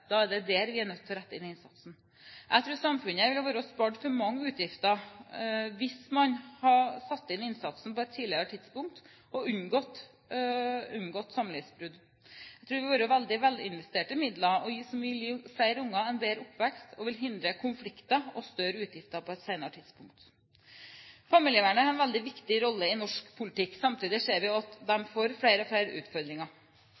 Da er det der vi er nødt til å rette inn innsatsen. Jeg tror samfunnet ville vært spart for mange utgifter hvis man hadde satt inn innsatsen på et tidligere tidspunkt, og unngått samlivsbrudd. Jeg tror det ville vært veldig velinvesterte midler som ville gitt flere barn en bedre oppvekst og hindret konflikter og større utgifter på et senere tidspunkt. Familievernet har en veldig viktig rolle i norsk politikk. Samtidig ser vi også at